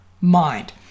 mind